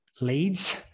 leads